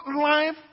life